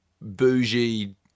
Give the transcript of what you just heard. bougie